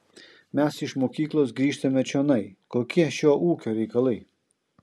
mes iš mokyklos grįžtame čionai kokie šio ūkio reikalai